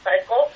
cycle